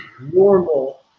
Normal